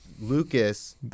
Lucas